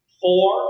four